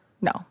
No